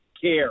care